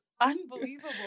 unbelievable